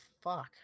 fuck